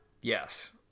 Yes